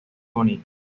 bonita